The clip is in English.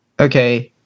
Okay